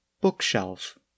bookshelf